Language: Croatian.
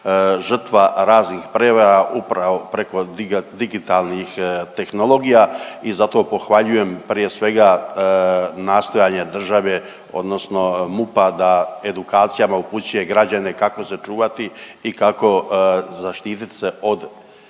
žrtva raznih prava upravo preko digitalnih tehnologija i zato pohvaljujem prije svega nastojanje države odnosno MUP-a da edukacijama upućuje građane kako se čuvati i kako zaštitit se od